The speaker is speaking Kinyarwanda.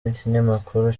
n’ikinyamakuru